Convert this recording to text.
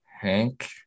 Hank